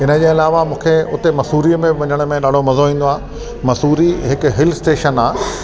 हिन जे अलावा मूंखे उते मसूरीअ में वञण में ॾाढो मज़ो ईंदो आहे मसूरी हिकु हिल स्टेशन आहे